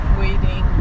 waiting